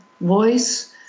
voice